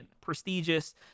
prestigious